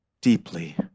deeply